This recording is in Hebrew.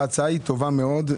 ההצעה טובה מאוד.